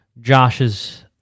Josh's